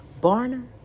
Barner